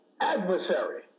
adversary